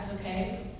okay